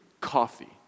coffee